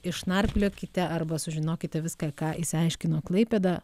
išnarpliokite arba sužinokite viską ką išsiaiškino klaipėda